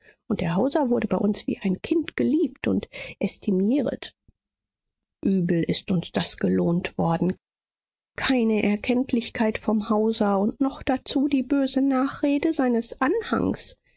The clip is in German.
und der hauser wurde bei uns wie ein kind geliebt und estimieret übel ist uns das gelohnt worden keine erkenntlichkeit vom hauser und noch dazu die böse nachrede seines anhangs